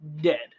dead